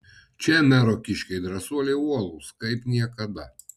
čia mero kiškiai drąsuoliai uolūs kaip niekada